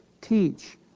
Teach